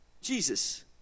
Jesus